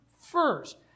first